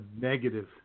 negative